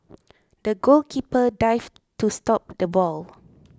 the goalkeeper dived to stop the ball